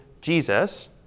Jesus